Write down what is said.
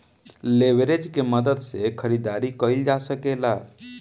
leverage के मदद से खरीदारी कईल जा सकेला